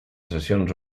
sessions